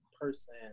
person